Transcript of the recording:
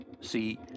See